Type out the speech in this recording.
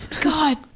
God